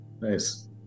Nice